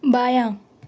بایاں